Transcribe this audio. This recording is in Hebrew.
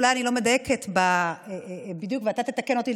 אולי אני לא מדייקת בדיוק ואתה תתקן אותי,